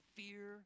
fear